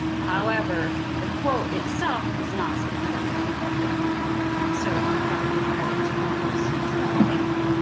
however the quote itself is not something that we came up with so we've got to give credit to st. jerome. thank you.